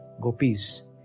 gopis